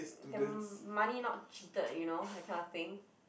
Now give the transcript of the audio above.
their money not cheated you know that kind of thing